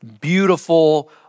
beautiful